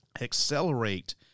accelerate